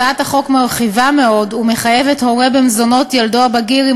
הצעת החוק מרחיבה מאוד ומחייבת הורה במזונות ילדו הבגיר עם